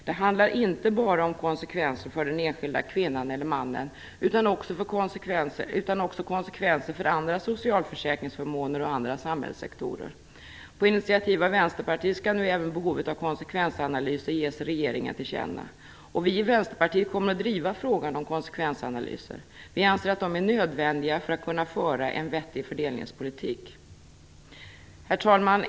Det handlar inte bara om konsekvenser för den enskilda kvinnan eller mannen utan också om konsekvenser för andra socialförsäkringsförmåner och andra samhällssektorer. På initiativ av Vänsterpartiet skall nu även behovet av konsekvensanalyser ges regeringen till känna. Vi i Vänsterpartiet kommer att driva frågan om konsekvensanalyser. Vi anser att de är nödvändiga för att kunna föra en vettig fördelningspolitik. Herr talman!